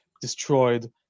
destroyed